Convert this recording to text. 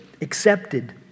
accepted